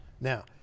now